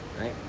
Right